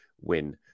win